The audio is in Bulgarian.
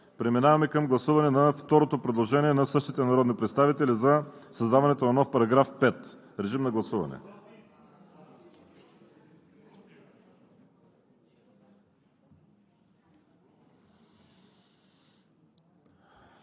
за 31, против 71, въздържали се 11. Предложението не е прието. Преминаваме към гласуване на второто предложение на същите народни представители за създаването на нов § 5. Гласували